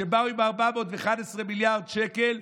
כשבאו עם 411 מיליארד שקל,